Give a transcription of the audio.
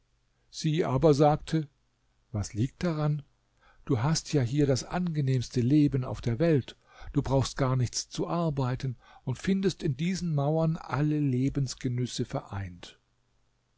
sie aber sagte was liegt daran du hast ja hier das angenehmste leben auf der welt du brauchst gar nichts zu arbeiten und findest in diesen mauern alle lebensgenüsse vereint